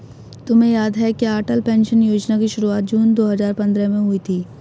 तुम्हें याद है क्या अटल पेंशन योजना की शुरुआत जून दो हजार पंद्रह में हुई थी?